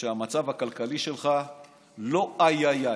שהמצב הכלכלי שלך לא איי איי איי.